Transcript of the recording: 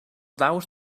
daus